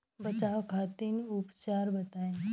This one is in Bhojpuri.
बचाव खातिर उपचार बताई?